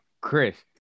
Chris